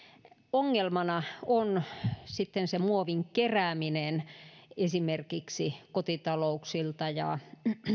ongelmana on sitten se muovin kerääminen esimerkiksi kotitalouksilta ja